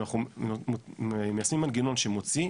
אם אנחנו מייצרים מנגנון שמוציא,